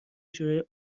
جورایی